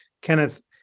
Kenneth